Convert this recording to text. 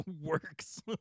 works